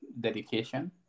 dedication